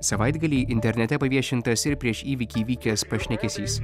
savaitgalį internete paviešintas ir prieš įvykį įvykęs pašnekesys